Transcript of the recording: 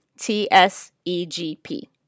T-S-E-G-P